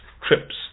trips